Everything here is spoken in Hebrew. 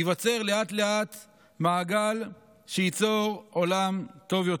ייווצר לאט-לאט מעגל שייצור עולם טוב יותר.